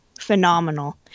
Phenomenal